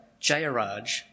Jayaraj